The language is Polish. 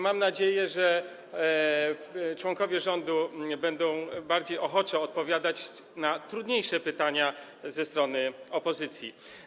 Mam nadzieję, że członkowie rządu będą bardziej ochoczo odpowiadać na trudniejsze pytania opozycji.